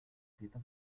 cita